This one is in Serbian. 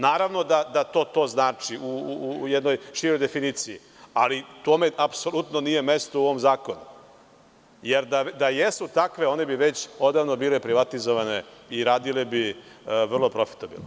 Naravno da to to znači u jednoj široj definiciji, ali tome apsolutno nije mesto u ovom zakonu, jer da jesu takve, oni bi već odavno bile privatizovane i radile bi vrlo profitabilno.